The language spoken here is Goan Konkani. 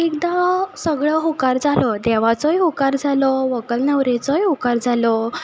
एकदां सगलो होकार जालो देवाचोय होकार जालो व्हंकल न्हवरेचोय होकार जालो